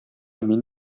мин